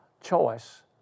choice